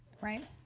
Right